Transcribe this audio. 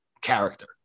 character